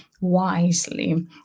wisely